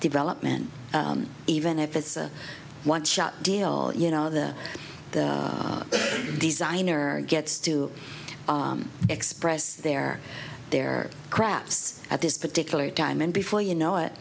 development even if it's a one shot deal or you know the designer gets to express their their craps at this particular time and before you know it